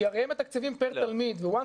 כי הרי אם התקציבים פר תלמיד וברגע